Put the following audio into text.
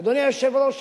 אדוני היושב-ראש,